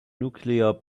nuclear